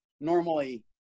normally